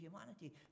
humanity